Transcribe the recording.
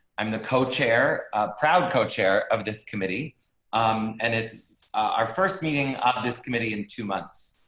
i'm the co chair proud co chair of this committee um and it's our first meeting of this committee in two months.